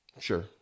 Sure